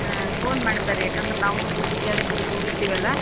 ಹಾಂ ಫೋನ್ ಮಾಡಿ ಬರ್ರಿ ಏಕೆಂದ್ರೆ ನಾವು ಡ್ಯೂಟಿಗೆ ಅದಕ್ಕೆ ಇದಕ್ಕೆ ಹೋಗಿರ್ತೇವಲ್ಲ